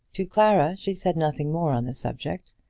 to clara she said nothing more on the subject,